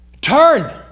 Turn